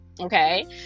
okay